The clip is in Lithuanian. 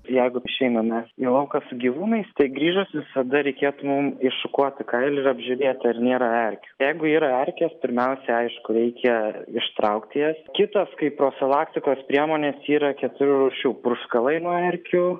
jeigu išeinam mes į lauką su gyvūnais tai grįžus visada reikėtų mum iššukuoti kailį ir apžiūrėt ar nėra erkių jeigu yra erkės pirmiausia aišku reikia ištraukti jas kitos kaip profilaktikos priemonės yra keturių rūšių purškalai nuo erkių